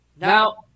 now